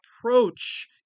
approach